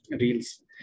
reels